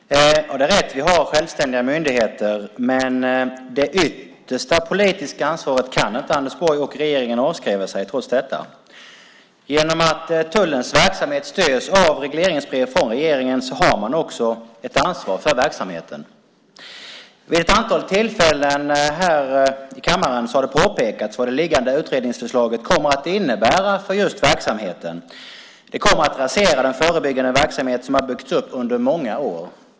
Fru talman! Det är riktigt att vi har självständiga myndigheter, men det yttersta politiska ansvaret kan inte Anders Borg och regeringen avskriva sig. Genom att tullens verksamhet stöds av regleringsbrev från regeringen har man också ett ansvar för verksamheten. Vid ett antal tillfällen i kammaren har det påpekats vad det liggande utredningsförslaget kommer att innebära för verksamheten. Det kommer att rasera den förebyggande verksamhet som har byggts upp under många år.